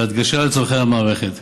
בהדגשה על צורכי המערכת.